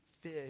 fish